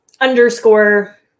underscore